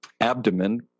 abdomen